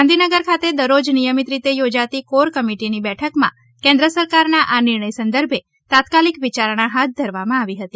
ગાંધીનગર ખાતે દરરોજ નિયમિત રીતે યોજાતી કોર કમિટીની બેઠકમાં કેન્દ્ર સરકારના આ નિર્ણય સંદર્ભે તાત્કાલિક વિચારણા હાથ ધરવામાં આવી હતી